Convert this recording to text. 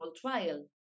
trial